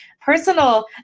personal